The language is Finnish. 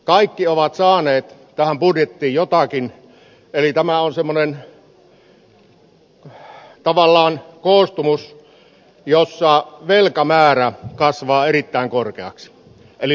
kaikki ovat saaneet tähän budjettiin jotakin eli tämä on tavallaan semmoinen koostumus jossa velkamäärä kasvaa erittäin korkeaksi eli lisälainanotto